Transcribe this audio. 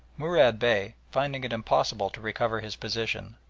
murad bey, finding it impossible to recover his position,